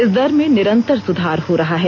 इस दर में निरंतर सुधार हो रहा है